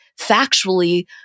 factually